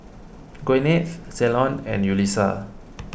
Gwyneth Ceylon and Yulisa